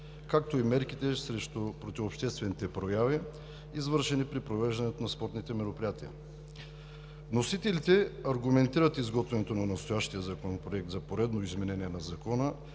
както и мерките срещу противообществените прояви, извършени при провеждането на спортните мероприятия. Вносителите аргументират изготвянето на настоящия законопроект за поредно изменение на Закона